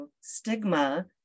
stigma